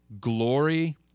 Glory